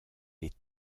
des